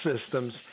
systems